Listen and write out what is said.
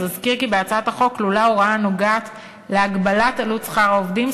אזכיר כי בהצעת החוק כלולה הוראה הנוגעת להגבלת עלות שכר עובדים,